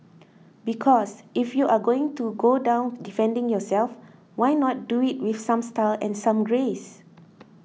because if you are going to go down defending yourself why not do it with some style and some grace